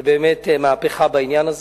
זו באמת מהפכה בעניין הזה.